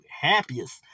happiest